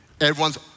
everyone's